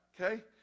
okay